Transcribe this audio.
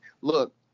Look